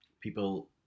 people